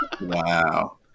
Wow